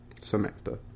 Samantha